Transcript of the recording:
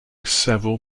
several